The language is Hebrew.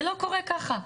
זה לא קורה ככה.